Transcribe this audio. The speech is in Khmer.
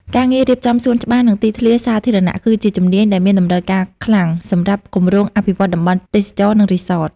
ការងាររៀបចំសួនច្បារ និងទីធ្លាសាធារណៈ គឺជាជំនាញដែលមានតម្រូវការខ្លាំងសម្រាប់គម្រោងអភិវឌ្ឍន៍តំបន់ទេសចរណ៍ និងរីសត។